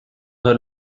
her